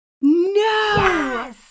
No